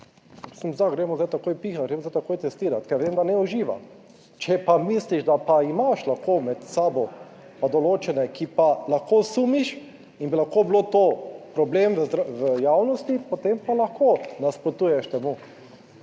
za, gremo zdaj takoj pihati, grem zdaj takoj testirat, ker vem, da ne uživam. Če pa misliš, da pa imaš lahko med sabo pa določene, ki pa lahko sumiš in bi lahko bilo to problem v javnosti, potem pa lahko nasprotuješ temu.